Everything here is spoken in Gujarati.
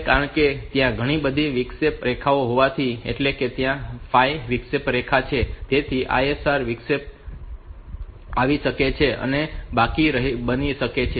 હવે કારણ કે ત્યાં ઘણી બધી વિક્ષેપ રેખાઓ હોવાથી એટલે કે ત્યાં 5 વિક્ષેપ રેખા છે તેથી ISR દરમિયાન વિક્ષેપ આવી શકે છે અને તે બાકી રહી શકે છે